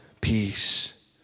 Peace